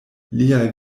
liaj